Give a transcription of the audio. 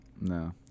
No